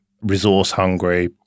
resource-hungry